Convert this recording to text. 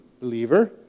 believer